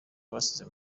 basize